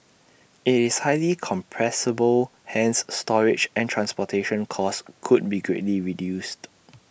IT is highly compressible hence storage and transportation costs could be greatly reduced